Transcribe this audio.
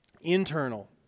internal